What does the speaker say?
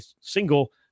single